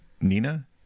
Nina